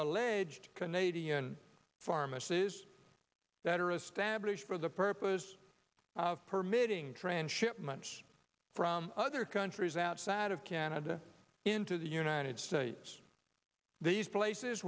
alleged canadian pharmacies that are established for the purpose of permitting trans shipment from other countries outside of canada into the united states these places